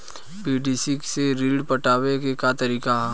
PDC से ऋण पटावे के का तरीका ह?